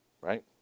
Right